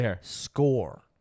score